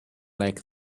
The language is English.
like